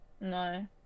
No